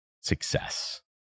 success